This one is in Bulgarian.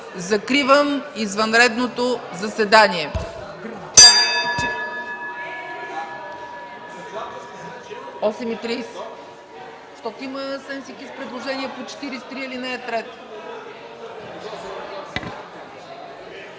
Закривам извънредното заседание.